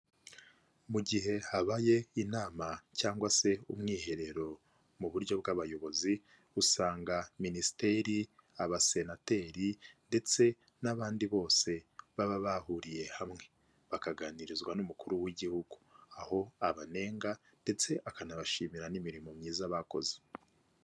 Mu gihe habaye inama cyangwa se umwiherero mu buryo bw'abayobozi, usanga minisiteri, abasenateri ndetse n'abandi bose baba bahuriye hamwe bakaganirizwa n'umukuru w'igihugu, aho abanenga ndetse akanabashimira n'imirimo myiza bakoze.